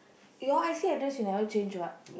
your I_C address you never change what